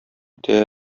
үтә